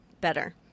better